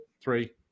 three